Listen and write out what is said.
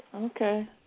Okay